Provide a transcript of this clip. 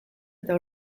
eta